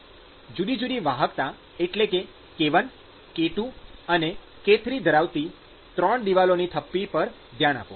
જુદી જુદી વાહકતા એટલે કે k1 k2 and k3 ધરાવતી ૩ દિવાલોની થપ્પી પર ધ્યાન આપો